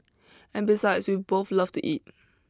and besides we both love to eat